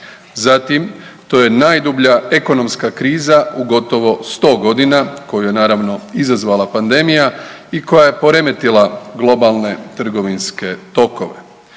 Zatim to je najdublja ekonomska kriza u gotovo 100 godina koju je naravno izazvala pandemija i koja je poremetila globalne trgovinske tokove.